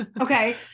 Okay